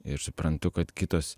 ir suprantu kad kitos